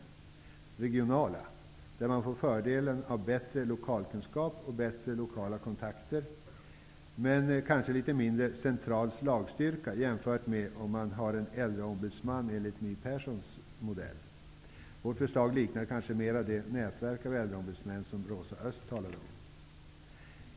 De kommer att ha fördelen av bättre lokalkunskap och bättre lokala kontakter men kanske litet mindre central slagstyrka än vad som skulle bli fallet med en Äldreombudsman av My Perssons modell. Vårt förslag liknar kanske mer det nätverk av äldreombudsmän som Rosa Östh talade om.